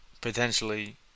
potentially